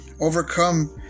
Overcome